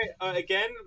Again